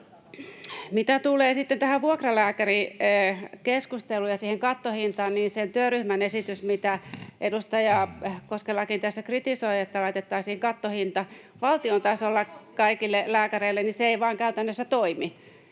sitten tähän vuokralääkärikeskusteluun ja siihen kattohintaan, niin sen työryhmän esitys, mitä edustaja Koskelakin tässä kritisoi, että laitettaisiin kattohinta valtion tasolla kaikille lääkäreille, ei vaan käytännössä toimi.